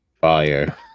fire